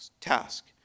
task